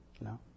No